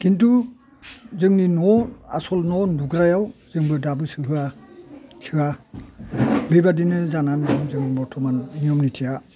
खिन्थु जोंनि न' आसल न' उन्दुग्रायाव जोंबो दाबो सोहोआ सोआ बेबादिनो जानानै दङ जों बरथ'मान नियम निथिया